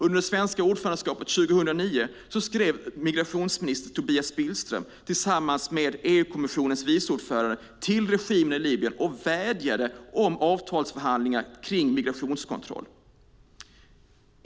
Under det svenska ordförandeskapet 2009 skrev migrationsminister Tobias Billström tillsammans med EU-kommissionens viceordförande till regimen i Libyen och vädjade om avtalsförhandlingar kring migrationskontroll.